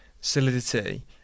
solidity